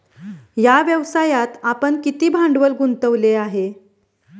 या व्यवसायात आपण किती भांडवल गुंतवले आहे?